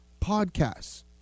podcasts